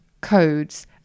codes